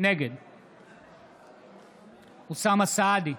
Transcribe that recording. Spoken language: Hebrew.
נגד אוסאמה סעדי,